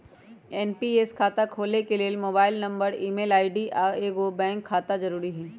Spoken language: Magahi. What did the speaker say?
एन.पी.एस खता खोले के लेल मोबाइल नंबर, ईमेल आई.डी, आऽ एगो बैंक खता जरुरी हइ